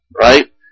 right